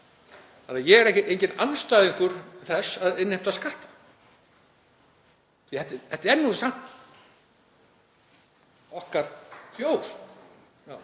því. Ég er enginn andstæðingur þess að innheimta skatta. Þetta er nú samt okkar þjóð